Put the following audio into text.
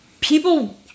people